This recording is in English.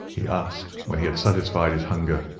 he asked, when he had satisfied his hunger.